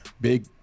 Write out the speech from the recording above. big